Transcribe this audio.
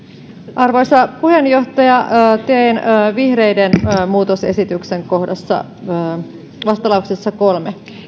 arvoisa puheenjohtaja teen vihreiden muutosesityksen joka on vastalauseessa kolme